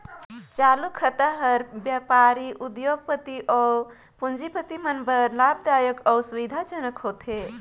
चालू खाता हर बेपारी, उद्योग, पति अउ पूंजीपति मन बर लाभदायक अउ सुबिधा जनक होथे